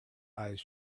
eyes